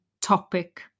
topic